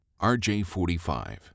RJ45